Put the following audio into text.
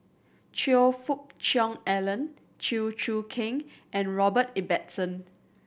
Choe Fook Cheong Alan Chew Choo Keng and Robert Ibbetson